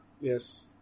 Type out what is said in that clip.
Yes